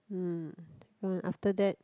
mm after that